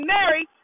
Mary